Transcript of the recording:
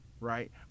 right